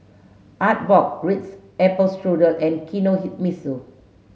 Artbox Ritz Apple Strudel and Kinohimitsu